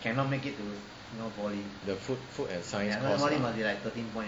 the food food and science course lah